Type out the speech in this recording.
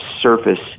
surface